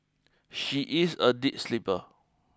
she is a deep sleeper